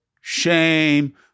shame